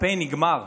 הקמפיין נגמר,